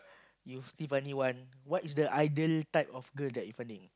you still finding one what's the ideal type of girl that you finding